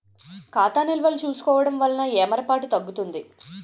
ఖాతా నిల్వలు చూసుకోవడం వలన ఏమరపాటు తగ్గుతుంది